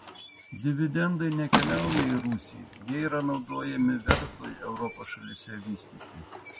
dividendai nekeliauja į rusiją jie yra naudojami verslui europos šalyse vystyti